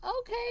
okay